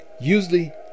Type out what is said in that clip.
usually